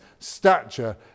stature